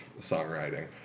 songwriting